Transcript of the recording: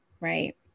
right